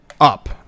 up